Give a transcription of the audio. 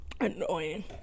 Annoying